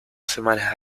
semanas